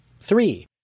Three